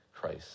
Christ